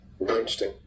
Interesting